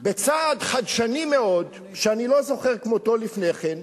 בצעד חדשני מאוד, שאני לא זוכר כמותו לפני כן,